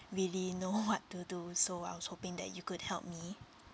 really know what to do so I was hoping that you could help me